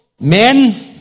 Men